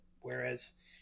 Whereas